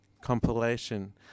compilation